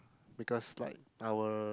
because like our